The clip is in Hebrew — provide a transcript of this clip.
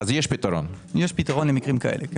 אז יש פתרון למקרים כאלה.